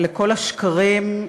לכל השקרים,